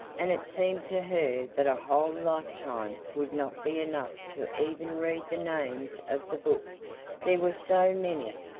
and it seemed to her that a whole lifetime would not be enough to even read the names of the books, there were so many.